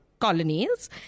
colonies